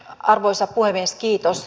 arvoisa puhemies kiitos